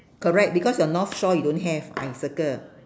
correct because your north shore you don't have I circle